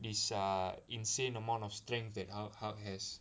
this err insane amount of strength that how hulk has